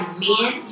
men